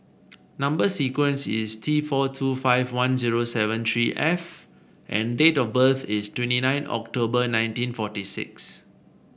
number sequence is T four two five one zero seven three F and date of birth is twenty nine October nineteen forty six